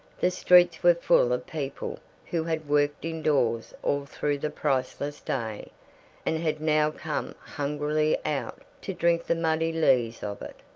the streets were full of people who had worked indoors all through the priceless day and had now come hungrily out to drink the muddy lees of it.